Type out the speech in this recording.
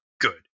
good